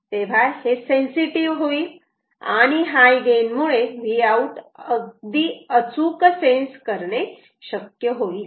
तेव्हा हे सेन्सिटिव्ह होईल आणि हाय गेन मुळे Vout अगदी अचूक सेन्स करणे शक्य होईल